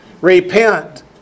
Repent